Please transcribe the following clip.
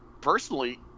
personally